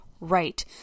right